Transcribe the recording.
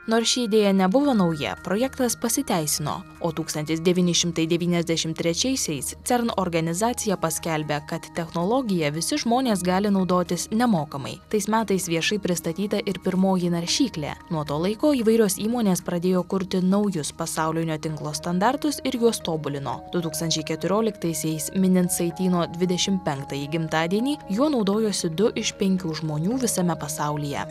nors ši idėja nebuvo nauja projektas pasiteisino o tūkstantis devyni šimtai devyniasdešimt trečiaisiais cern organizacija paskelbia kad technologiją visi žmonės gali naudotis nemokamai tais metais viešai pristatyta ir pirmoji naršyklė nuo to laiko įvairios įmonės pradėjo kurti naujus pasaulinio tinklo standartus ir juos tobulino du tūkstančiai keturioliktaisiais minint saityno dvidešimt penktąjį gimtadienį juo naudojosi du iš penkių žmonių visame pasaulyje